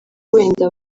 wenda